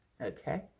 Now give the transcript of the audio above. Okay